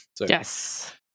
Yes